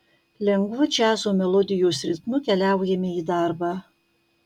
lengvu džiazo melodijos ritmu keliaujame į darbą